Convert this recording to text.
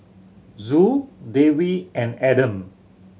Zul Dewi and Adam